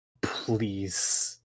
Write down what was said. Please